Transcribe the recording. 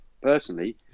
personally